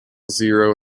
zero